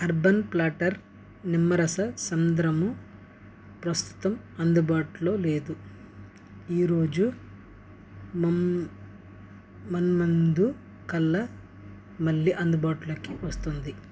urban platter నిమ్మరస సాంద్రము ప్రస్తుతం అందుబాటులో లేదు ఈ రోజు మం మున్ముందు కల్లా మళ్ళీ అందుబాటులోకి వస్తుంది